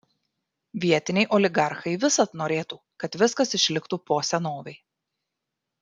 vietiniai oligarchai visad norėtų kad viskas išliktų po senovei